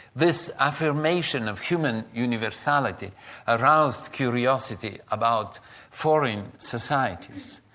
this affirmation of human universality aroused curiosity about foreign societies.